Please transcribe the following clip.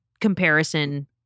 comparison